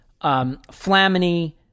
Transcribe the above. Flamini